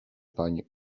pani